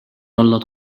olnud